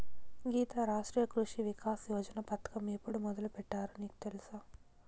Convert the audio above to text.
గీతా, రాష్ట్రీయ కృషి వికాస్ యోజన పథకం ఎప్పుడు మొదలుపెట్టారో నీకు తెలుసా